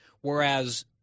Whereas